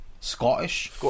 Scottish